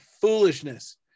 foolishness